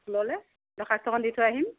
ইস্কুললে দৰ্খাস্ত খন দি থৈ আহিম